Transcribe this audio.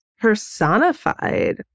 personified